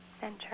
center